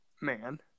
man